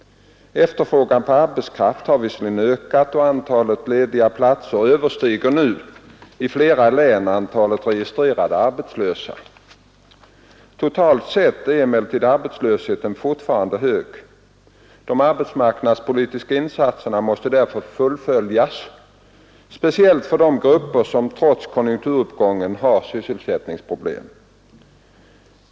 Efterfrågan på arbetskraft har visserligen ökat och antalet lediga platser överstiger nu i flera län antalet registrerade arbetslösa. Totalt sett är emellertid arbetslösheten fortfarande hög. De arbetsmarknadspolitiska insatserna måste därför fullföljas speciellt för de grupper som trots konjunkturuppgången har sysselsättningsproblem.